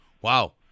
Wow